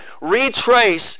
retrace